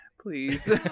please